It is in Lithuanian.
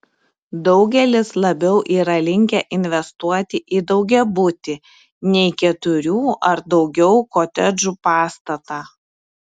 daugelis labiau yra linkę investuoti į daugiabutį nei keturių ar daugiau kotedžų pastatą